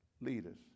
leaders